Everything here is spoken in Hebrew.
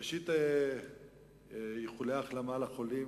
ראשית, איחולי החלמה לחולים.